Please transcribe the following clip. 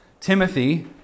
Timothy